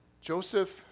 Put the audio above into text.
Joseph